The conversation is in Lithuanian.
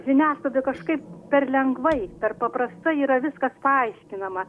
žiniasklaida kažkaip per lengvai per paprastai yra viskas paaiškinama